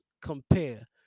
compare